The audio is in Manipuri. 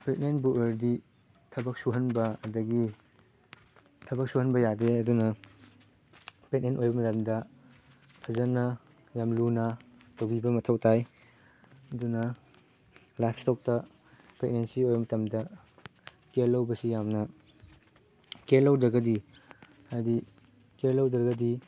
ꯄ꯭ꯔꯦꯒꯅꯦꯟꯕꯨ ꯑꯣꯏꯔꯗꯤ ꯊꯕꯛ ꯁꯨꯍꯟꯕ ꯑꯗꯒꯤ ꯊꯕꯛ ꯁꯨꯍꯟꯕ ꯌꯥꯗꯦ ꯑꯗꯨꯅ ꯄ꯭ꯔꯦꯛꯅꯦꯟ ꯑꯣꯏꯕ ꯃꯇꯝꯗ ꯐꯖꯅ ꯌꯥꯝ ꯂꯨꯅ ꯇꯧꯕꯤꯕ ꯃꯊꯧ ꯇꯥꯏ ꯑꯗꯨꯅ ꯂꯥꯏꯞ ꯏꯁꯇꯣꯛꯇ ꯄ꯭ꯔꯦꯒꯅꯦꯟꯁꯤ ꯑꯣꯏꯕ ꯃꯇꯝꯗ ꯀꯤꯌꯔ ꯂꯧꯕꯁꯤ ꯌꯥꯝꯅ ꯀꯤꯌꯔ ꯂꯧꯗ꯭ꯔꯒꯗꯤ ꯍꯥꯏꯗꯤ ꯀꯤꯌꯔ ꯂꯧꯗ꯭ꯔꯒꯗꯤ